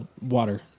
water